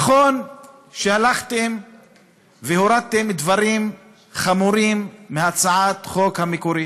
נכון שהלכתם והורדתם דברים חמורים מהצעת החוק המקורית.